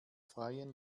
freien